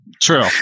True